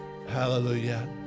hallelujah